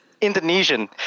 Indonesian